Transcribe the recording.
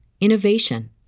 innovation